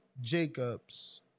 Jacobs